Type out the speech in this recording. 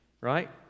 right